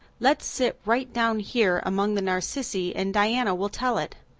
let's sit right down here among the narcissi and diana will tell it.